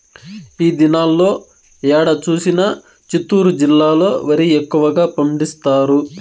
ఈ దినాల్లో ఏడ చూసినా చిత్తూరు జిల్లాలో వరి ఎక్కువగా పండిస్తారు